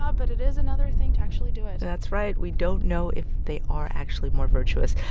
ah but it is another thing to actually do it that's right. we don't know if they are actually more virtuous.